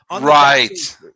Right